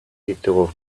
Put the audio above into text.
ditugu